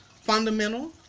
fundamental